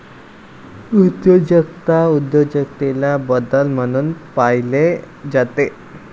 उद्योजकता उद्योजकतेला बदल म्हणून पाहिले जाते